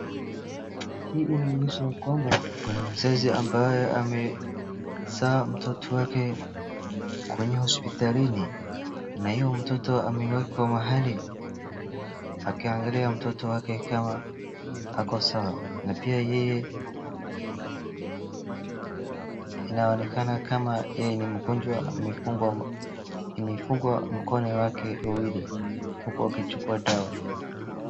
Hii inaonyesha ya kwamba kuna mzazi ambaye amezaa mtoto wake kwenye hospitalini, na huyo mtoto amewekwa mahali akiangalia, mtoto wake kama ako sawa. Na pia yeye inaonekana kama yeye ni mgonjwa, amefungwa mikono yake miwili huku akichukua dawa.